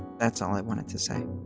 that's all i wanted to say.